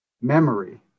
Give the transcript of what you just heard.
memory